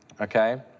okay